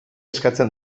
eskatzen